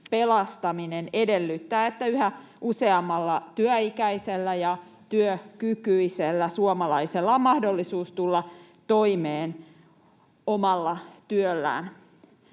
pelastaminen edellyttää, että yhä useammalla työikäisellä ja työkykyisellä suomalaisella on mahdollisuus tulla toimeen omalla työllään.